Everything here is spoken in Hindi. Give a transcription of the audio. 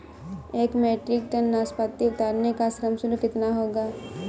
एक मीट्रिक टन नाशपाती उतारने का श्रम शुल्क कितना होगा?